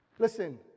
Listen